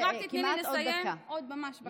אז רק תיתני לי לסיים עוד ממש בקטנה.